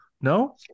no